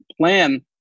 plan